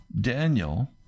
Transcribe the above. Daniel